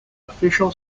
official